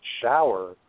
shower